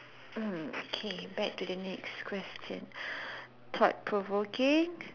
oh okay back to the next question thought provoking